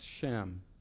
Shem